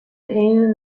این